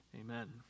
Amen